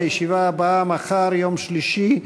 הישיבה הבאה תתקיים מחר, יום שלישי,